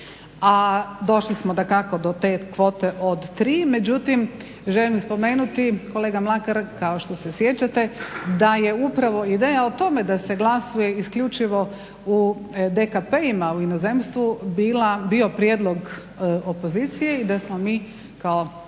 a došli smo dakako do te kvote od 3. Međutim želim spomenuti, kolega Mlakar kao što se sjećate da je upravo ideja o tome da se glasuje isključivo u … u inozemstvu bio prijedlog opozicije i da smo mi kao